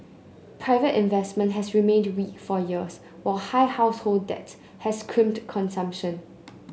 private investment has remained weak for years while high household debt has crimped consumption